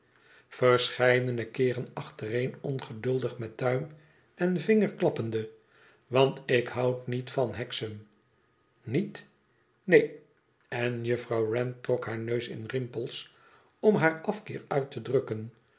verscheiden keeren achtereen ongeduldig met duim en vinger klappende want ik houd niet van hexam nietf neen en juffrouw wren trok haar neus in rimpels om haar afkeer uit te drukken